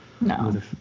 No